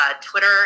Twitter